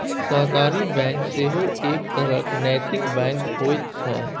सहकारी बैंक सेहो एक तरहक नैतिक बैंक होइत छै